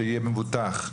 שיהיה מבוטח.